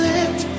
Let